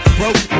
broke